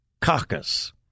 Caucus